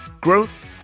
growth